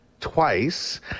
twice